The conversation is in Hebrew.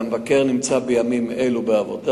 המבקר נמצא בימים אלו בעבודה.